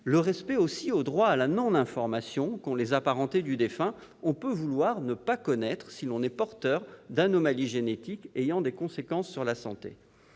le respect au droit à la non-information dont disposent les apparentés du défunt : on peut vouloir ne pas savoir si l'on est porteur d'anomalies génétiques ayant des conséquences sur la santé.